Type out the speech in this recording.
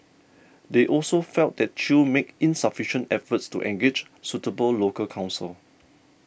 they also felt that Chew made insufficient efforts to engage suitable local counsel